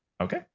Okay